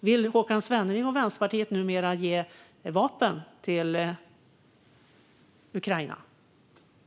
Vill Håkan Svenneling och Vänsterpartiet numera ge vapen till Ukraina?